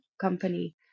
company